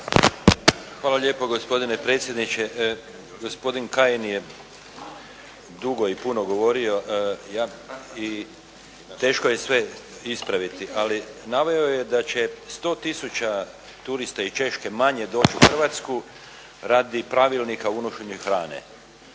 Hvala lijepo gospodine predsjedniče. Gospodin Kajin je dugo i puno govorio i teško je sve ispraviti, ali naveo je da će 100 tisuća turista iz Češke manje doći u Hrvatsku radi pravilnika o unošenju hrane.